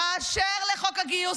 באשר לחוק הגיוס,